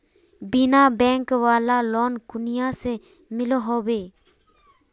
बिना बैंक वाला लोन कुनियाँ से मिलोहो होबे?